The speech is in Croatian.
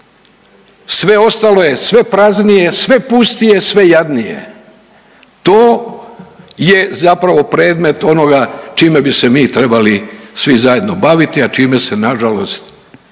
Sve ostalo je sve praznije, sve pustije, sve jadnije. To je zapravo predmet onoga čime bi se mi trebali svi zajedno baviti, a čime se na žalost